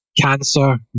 cancer